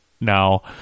now